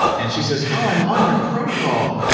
and she says, oh, i'm on your protocol,